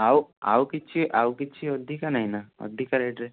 ଆଉ ଆଉ କିଛି ଆଉ କିଛି ଅଧିକା ନାହିଁ ନା ଅଧିକା ରେଟ୍ ରେ